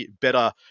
better